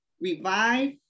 revive